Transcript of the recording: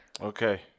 Okay